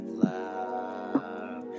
love